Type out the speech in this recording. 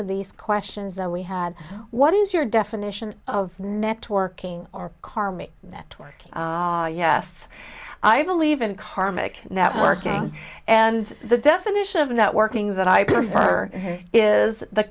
of these questions that we had what is your definition of networking or carmi that yes i believe in karmic networking and the definition of networking that i prefer is the